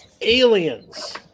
Aliens